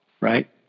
right